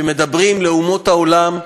כשמדברים אל אומות העולם,